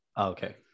Okay